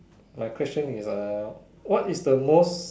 my question is uh what is the most